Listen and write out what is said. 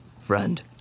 Friend